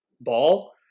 ball